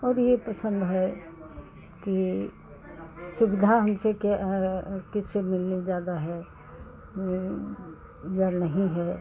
और ये पसंद है कि ये सुविधा भी ठीके है किससे मिलनी ज़्यादा है ये या नहीं है